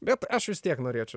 bet aš vis tiek norėčiau